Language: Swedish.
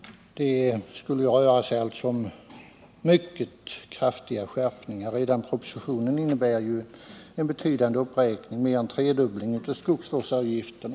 Det skulle röra sig om mycket kraftiga skärpningar. Redan propositionen innebär ju en betydande uppräkning, mer än en tredubbling av skogsvårdsavgiften.